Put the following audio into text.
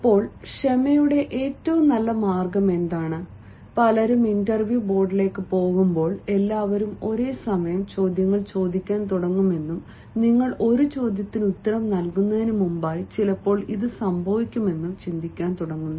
ഇപ്പോൾ ക്ഷമയുടെ ഏറ്റവും നല്ല മാർഗം എന്താണ് പലരും ഇന്റർവ്യൂ ബോർഡിലേക്ക് പോകുമ്പോൾ എല്ലാവരും ഒരേ സമയം ചോദ്യങ്ങൾ ചോദിക്കാൻ തുടങ്ങുമെന്നും നിങ്ങൾ ഒരു ചോദ്യത്തിന് ഉത്തരം നൽകുന്നതിന് മുമ്പായി ചിലപ്പോൾ ഇത് സംഭവിക്കുമെന്നും ചിന്തിക്കാൻ തുടങ്ങുന്നു